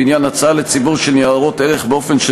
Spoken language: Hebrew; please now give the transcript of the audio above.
בעניין הצעה לציבור של ניירות ערך באופן של